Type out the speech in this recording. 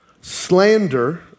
slander